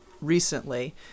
recently